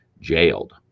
jailed